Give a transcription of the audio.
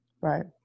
Right